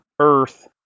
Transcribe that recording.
Earth